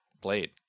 blade